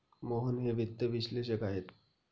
मोहन हे वित्त विश्लेषक आहेत